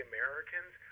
Americans